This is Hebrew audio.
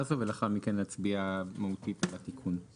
הזו ולאחר מכן נצביע מהותית על התיקון.